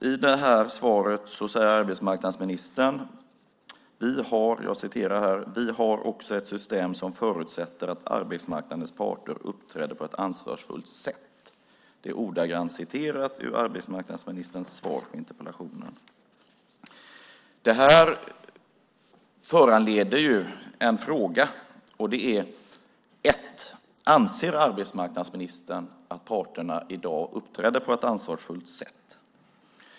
I svaret säger arbetsmarknadsministern: "Vi har också ett system som förutsätter att arbetsmarknadens parter uppträder på ett ansvarsfullt sätt." Det är ordagrant citerat ur arbetsmarknadsministerns svar på interpellationen. Det föranleder frågor. Anser arbetsmarknadsministern att parterna i dag uppträder på ett ansvarsfullt sätt?